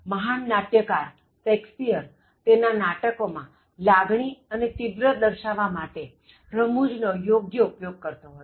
મહાન નાટ્યકાર શેક્સપિઅર તેના નાટકોમાં લાગણી ને તીવ્ર દર્શાવવા માટે રમૂજ નો યોગ્ય ઉપયોગ કરતો હતો